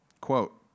Quote